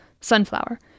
Sunflower